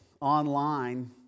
online